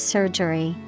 Surgery